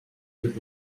with